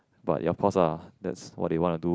but of course lah that's what they want to do